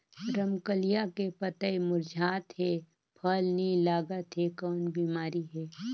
रमकलिया के पतई मुरझात हे फल नी लागत हे कौन बिमारी हे?